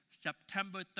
September